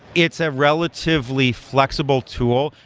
it's a relatively flexible tool,